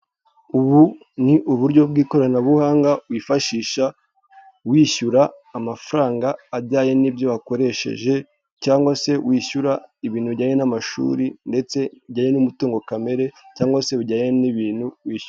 Ubu ni uburyo bw'ikoranabuhanga wifashisha wishyura amafaranga ajyanye n'ibyo wakoresheje cyangwa se wishyura ibintu bijyanye n'amashuri ndetse bijyanye n'umutungo kamere cyangwa se bijyanye n'ibintu wishyura.